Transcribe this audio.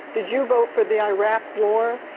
did you vote for the iraq war?